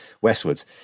westwards